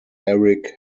eric